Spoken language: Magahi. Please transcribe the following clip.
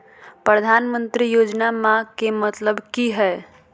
प्रधानमंत्री योजनामा के मतलब कि हय?